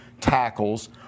tackles